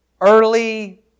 early